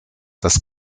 das